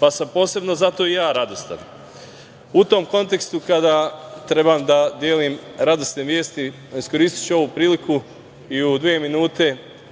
pa sam posebno zato i ja radostan.U tom kontekstu, kada treba da delim radosne vesti, iskoristiću ovu priliku i u dve minute